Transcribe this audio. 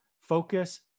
Focus